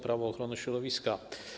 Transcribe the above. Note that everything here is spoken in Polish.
Prawo ochrony środowiska.